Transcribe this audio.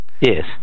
Yes